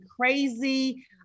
crazy